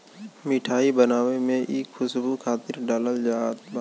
मिठाई बनावे में इ खुशबू खातिर डालल जात बा